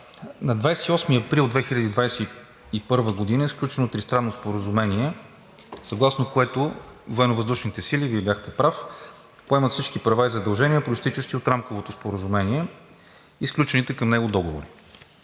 на 28 април 2021 г. е сключено Тристранно споразумение, съгласно което Военновъздушните сили, Вие бяхте прав, поемат всички права и задължения, произтичащи от Рамковото споразумение и сключените към него договори.